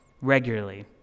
regularly